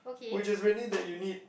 which is really that you need